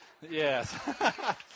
Yes